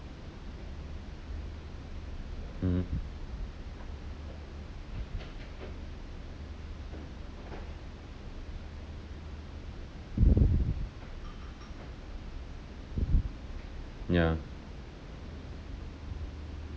mm ya